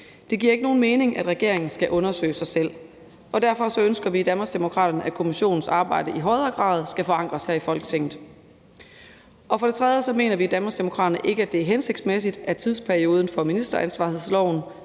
Det giver ikke nogen mening, at regeringen skal undersøge sig selv, og derfor ønsker vi i Danmarksdemokraterne, at kommissionens arbejde i højere grad skal forankres her i Folketinget. For det tredje mener vi i Danmarksdemokraterne ikke, at det er hensigtsmæssigt, at tidsperioden for ministeransvarlighedsloven